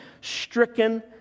stricken